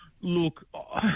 Look